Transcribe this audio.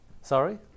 Sorry